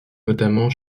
notamment